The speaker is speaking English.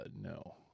no